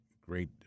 great